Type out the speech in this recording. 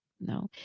no